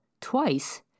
twice